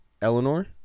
Eleanor